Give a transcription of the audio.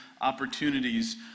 opportunities